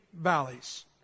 valleys